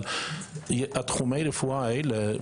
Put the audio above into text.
אבל בתחומי הרפואה האלה,